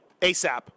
ASAP